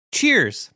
Cheers